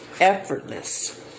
effortless